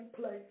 place